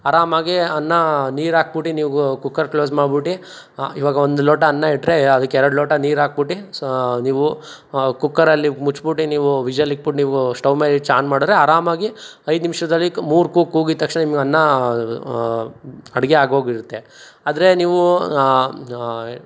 ಆರಾಮಾಗಿ ಅನ್ನ ನೀರಾಕ್ಬಿಟ್ಟಿ ನೀವು ಕುಕ್ಕರ್ ಕ್ಲೋಸ್ ಮಾಡ್ಬಿಟ್ಟು ಇವಾಗ ಒಂದು ಲೋಟ ಅನ್ನ ಇಟ್ಟರೆ ಅದಕ್ಕೆ ಎರಡು ಲೋಟ ನೀರಾಕ್ಬಿಟ್ಟಿ ಸೊ ನೀವು ಕುಕ್ಕರಲ್ಲಿ ಮುಚ್ಚಿಬಿಟ್ಟು ನೀವು ವಿಷಲ್ ಇಟ್ಬಿಟ್ಟು ನೀವು ಸ್ಟವ್ ಮೇಲೆ ಇಟ್ಟು ಆನ್ ಮಾಡಿದರೆ ಆರಾಮಾಗಿ ಐದು ನಿಮಿಷದಲ್ಲಿ ಮೂರು ಕೂಗಿ ಕೂಗಿದ ತಕ್ಷಣ ನಿಮ್ಗೆ ಅನ್ನ ಅಡುಗೆ ಆಗೋಗಿರುತ್ತೆ ಆದರೆ ನೀವು